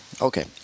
Okay